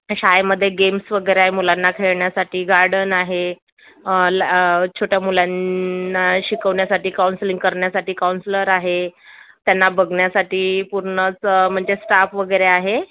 शाळेम games वगैरे आहे मुलांना खेळण्यासाठी गार्डन आहे ल छोट्या मुलांना शिकवण्यासाठी काउन्सिलिंग करण्यासाठी काउंसलर आहे त्यांना बघण्यासाठी पूर्णच म्हणजे स्टाप वगैरे आहे